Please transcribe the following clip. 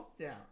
lockdown